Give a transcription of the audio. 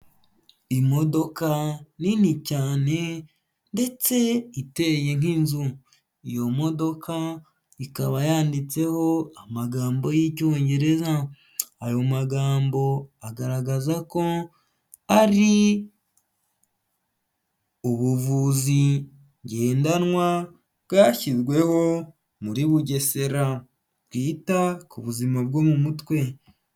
Imodoka nini cyane, ndetse iteye nk'inzu, iyo modoka ikaba yanditseho amagambo y'Icyongereza, ayo magambo agaragaza ko ari ubuvuzi ngendanwa, bwashyizweho muri Bugesera, bwita ku buzima bwo mu mutwe.